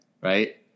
right